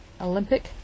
Olympic